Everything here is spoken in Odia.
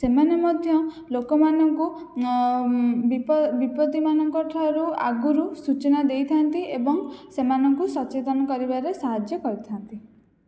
ସେମାନେ ମଧ୍ୟ ଲୋକମାନଙ୍କୁ ବିପତ୍ତି ମାନଙ୍କଠାରୁ ଆଗରୁ ସୂଚନା ଦେଇଥାନ୍ତି ଏବଂ ସଚେତନ କରିବାରେ ସାହାଯ୍ୟ କରିଥାନ୍ତି